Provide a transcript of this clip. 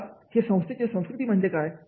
आता हे संस्थेची संस्कृती म्हणजे काय